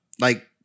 like-